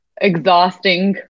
exhausting